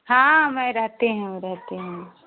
हाँ मैं रहती हूँ रहती हूँ